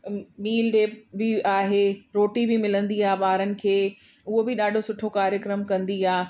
मिल डे बि आहे रोटी बि मिलंदी आहे ॿारनि खे उहो बि ॾाढो सुठो कार्यक्रम कंदी आहे